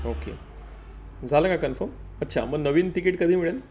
okay झालं का confirm अच्छा मग नवीन तिकीट कधी मिळेल